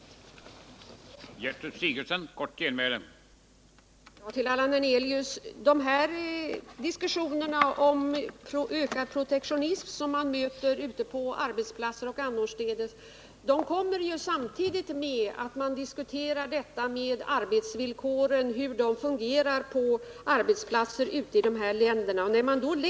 Det är detta som är det viktiga.